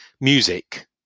music